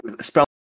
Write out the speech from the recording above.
Spell